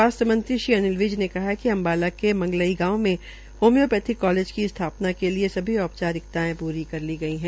स्वास्थ्य मंत्री अनिल विज ने कहा कि अम्बाला के मंगलई गांव में होम्योपैथिक कालेज की स्था ना के लिए सभी औ चारिकतायें ूरी कर ली गई है